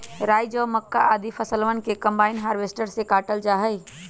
राई, जौ, मक्का, आदि फसलवन के कम्बाइन हार्वेसटर से काटल जा हई